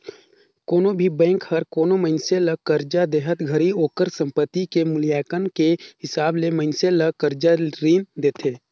कोनो भी बेंक हर कोनो मइनसे ल करजा देहत घरी ओकर संपति के मूल्यांकन के हिसाब ले मइनसे ल करजा रीन देथे